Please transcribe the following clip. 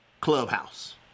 Clubhouse